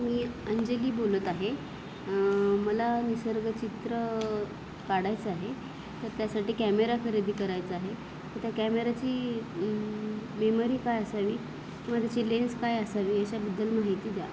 मी अंजली बोलत आहे मला निसर्गचित्र काढायचं आहे तर त्यासाठी कॅमेरा खरेदी करायचा आहे तर त्या कॅमेऱ्याची मेमरी काय असावी किंवा त्याची लेन्स काय असावी याच्याबद्दल माहिती द्या